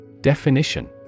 Definition